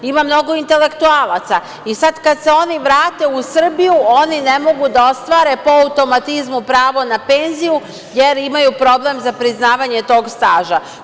Ima mnogo intelektualaca, i sad kad se oni vrate u Srbiju, oni ne mogu da ostvare po automatizmu pravo na penziju, jer imaju problem za priznavanje tog staža.